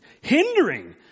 hindering